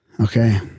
Okay